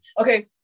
Okay